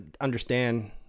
understand